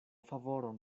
favoron